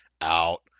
out